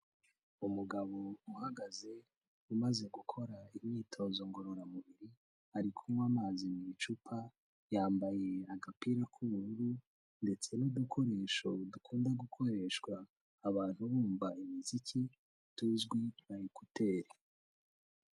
Umugabo uhagaze umaze gukora imyitozo ngororamubiri, ari kunywa amazi mu icupa, yambaye agapira k'ubururu ndetse n'udukoresho dukunda gukoreshwa abantu bumva imiziki tuzwi nka ekuteri.